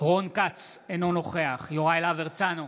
רון כץ, אינו נוכח יוראי להב הרצנו,